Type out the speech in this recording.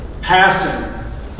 passing